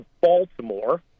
Baltimore